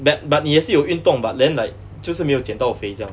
ba~ but 你也是有运动 but then like 就是没有减到肥这样